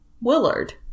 Willard